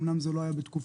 אומנם זה לא היה בתקופתך